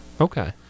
Okay